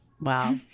Wow